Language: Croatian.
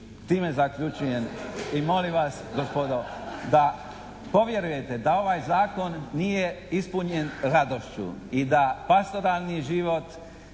time zaključujem. I molim vas gospodo da povjerujete da ovaj zakon nije ispunjen radošću i da pastoralni život